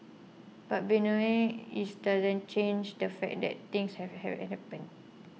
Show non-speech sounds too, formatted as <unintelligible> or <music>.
but bemoaning it doesn't change the fact that things have <unintelligible> happened